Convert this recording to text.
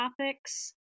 topics